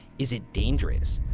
is it dangerous?